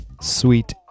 sweet